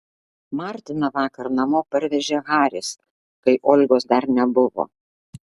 martiną vakar namo parvežė haris kai olgos dar nebuvo